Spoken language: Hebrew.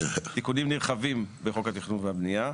יש תיקונים נרחבים בחוק התכנון והבנייה.